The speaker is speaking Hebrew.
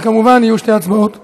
וכמובן יהיו שתי הצבעות נפרדות.